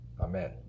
Amen